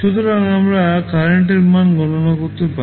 সুতরাং আমরা কারেন্টের মান গণনা করতে পারি